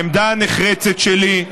העמדה הנחרצת שלי,